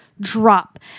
drop